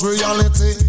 Reality